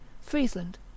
Friesland